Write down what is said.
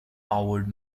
powered